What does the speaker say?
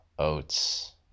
Oats